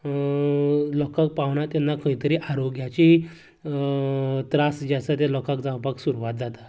लोकांक पावना तेन्ना खंय तरी आरोग्याची त्रास जे आसा ते लोकांक जावपाक सुरवात जाता